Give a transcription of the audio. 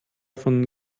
von